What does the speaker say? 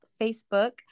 Facebook